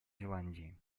зеландии